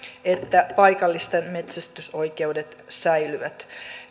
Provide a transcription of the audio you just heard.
että paikallisten metsästysoikeudet säilyvät